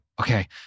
okay